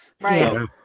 Right